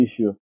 issue